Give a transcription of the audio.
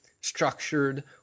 structured